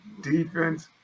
Defense